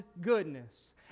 goodness